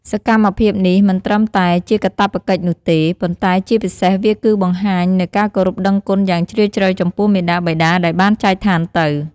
សកម្មភាពនេះមិនត្រឹមតែជាការកាតព្វកិច្ចនោះទេ ប៉ុន្តែជាពិសេសវាគឺការបង្ហាញនូវការគោរពដឹងគុណយ៉ាងជ្រាលជ្រៅចំពោះមាតាបិតាដែលបានចែកឋានទៅ។